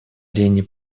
арене